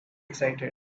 exciting